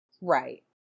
Right